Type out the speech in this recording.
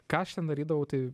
ką aš ten darydavau tai